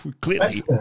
clearly